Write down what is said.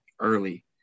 early